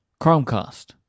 Chromecast